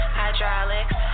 hydraulics